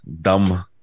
dumb